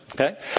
okay